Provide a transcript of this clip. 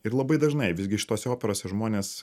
ir labai dažnai visgi šitose operose žmonės